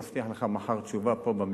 מבטיח לך מחר תשובה פה, במליאה,